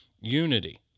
unity